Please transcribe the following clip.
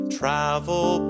travel